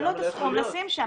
אין לו את הסכום לשים שם.